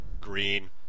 green